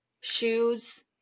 shoes